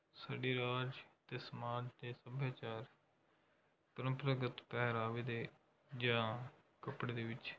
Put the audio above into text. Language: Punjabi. ਸਾਡੇ ਰਾਜ ਅਤੇ ਸਮਾਜ ਅਤੇ ਸੱਭਿਆਚਾਰ ਪ੍ਰੰਪਰਾਗਤ ਪਹਿਰਾਵੇ ਦੇ ਜਾਂ ਕੱਪੜੇ ਦੇ ਵਿੱਚ